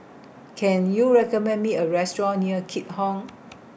Can YOU recommend Me A Restaurant near Keat Hong